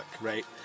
right